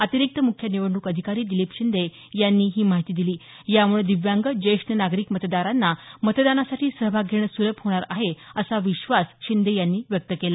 अतिरिक्त मुख्य निवडणूक अधिकारी दिलीप शिंदे यांनी ही माहिती दिली यामुळे दिव्यांग ज्येष्ठ नागरिक मतदारांना मतदानासाठी सहभाग घेणं सुलभ होणार आहे असा विश्वास शिंदे यांनी व्यक्त केला